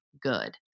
good